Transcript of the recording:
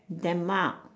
denmark